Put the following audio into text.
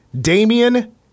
Damian